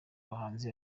abahanzi